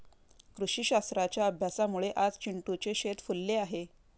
कृषीशास्त्राच्या अभ्यासामुळे आज चिंटूचे शेत फुलले आहे